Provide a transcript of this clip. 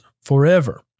forever